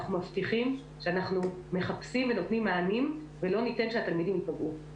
אנחנו מבטיחים שאנחנו מחפשים ונותנים מענים ולא ניתן שהתלמידים ייפגעו.